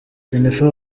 jennifer